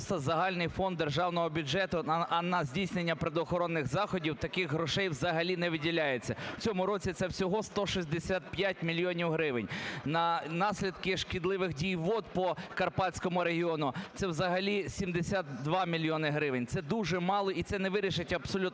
загальний фонд державного бюджету, а на здійснення природоохоронних заходів таких грошей взагалі не виділяється. У цьому році це всього 165 мільйонів гривень. На наслідки шкідливих дій вод по Карпатському регіону – це взагалі 72 мільйони гривень. Це дуже мало і це не вирішить абсолютно